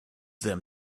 them